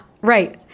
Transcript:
right